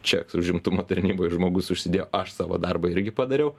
ček užimtumo tarnyboj žmogus užsidėjo aš savo darbą irgi padariau